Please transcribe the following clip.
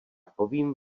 povím